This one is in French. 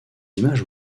images